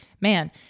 man